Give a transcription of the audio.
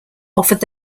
offered